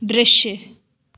दृश्य